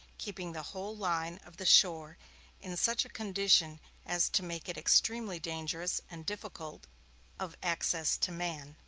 keeping the whole line of the shore in such a condition as to make it extremely dangerous and difficult of access to man.